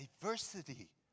diversity